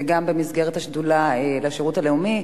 וגם במסגרת השדולה לשירות הלאומי,